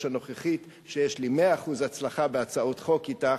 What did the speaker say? הנוכחית היא שיש לי 100% הצלחה בהצעות חוק אתך,